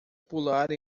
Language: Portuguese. pular